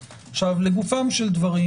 לגופם של דברים,